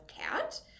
cat